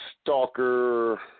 stalker